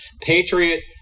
Patriot